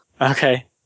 Okay